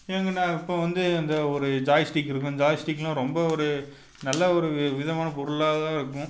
எங்கிட்ட அப்போது வந்து இந்த ஒரு ஜாய்ஸ்டிக் இருக்கும் ஜாய்ஸ்டிக்னா ரொம்ப ஒரு நல்ல ஒரு விதமான பொருளாக தான் இருக்கும்